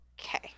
Okay